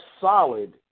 solid